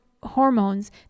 hormones